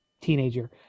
teenager